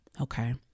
okay